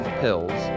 pills